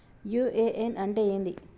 UAN అంటే ఏంది?